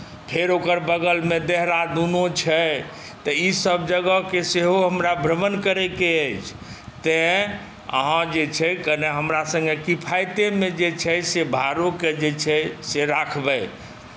फेर ओकर बगलमे देहरादूनो छै तऽ ई सभ जगहके सेहो हमरा भ्रमण करैके अछि तैँ अहाँ जे छै कने हमरा सङ्गे किफायतेमे जे छै से भाड़ोके जे छै से राखबै